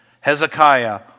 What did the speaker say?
Hezekiah